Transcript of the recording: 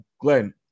Glenn